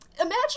Imagine